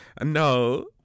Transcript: No